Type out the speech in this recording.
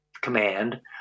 Command